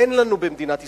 אין לנו חוקה במדינת ישראל.